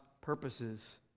purposes